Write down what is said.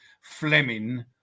Fleming